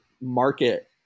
market